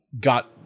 got